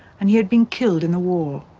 and he had been killed in the war.